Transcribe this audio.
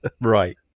Right